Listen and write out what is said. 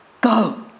Go